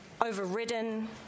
overridden